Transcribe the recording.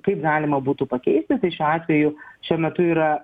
kaip galima būtų pakeisti šiuo atveju šiuo metu yra